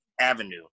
avenue